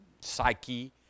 psyche